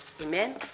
Amen